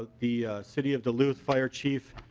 ah the city of duluth fire chief